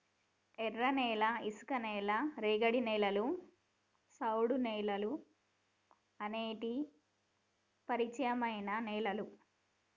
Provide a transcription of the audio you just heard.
ఎర్రనేల, ఇసుక నేల, రేగడి నేలలు, సౌడువేలుఅనేటి పరిచయమైన నేలలు